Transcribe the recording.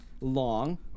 long